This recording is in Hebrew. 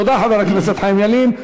תודה, חבר הכנסת חיים ילין.